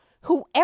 Whoever